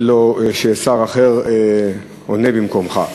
ולא ששר אחר עונה במקומך.